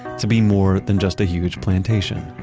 to be more than just a huge plantation.